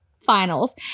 finals